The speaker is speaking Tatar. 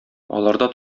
аларда